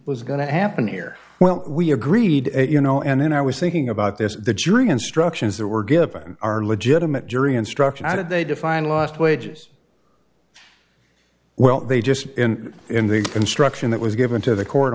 was going to happen here well we agreed you know and then i was thinking about this the jury instructions that were given are legitimate jury instruction i did they define lost wages well they just in the construction that was given to the co